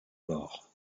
bord